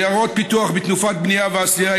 עיירות פיתוח בתנופת בנייה ועשייה,